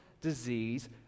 disease